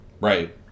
Right